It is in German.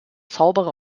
zauberer